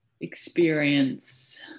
experience